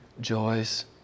joys